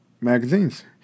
magazines